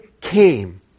came